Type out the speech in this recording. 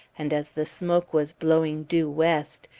and as the smoke was blowing due west,